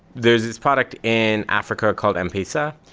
there's this product in africa called m-pesa.